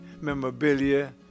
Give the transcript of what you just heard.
memorabilia